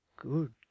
Good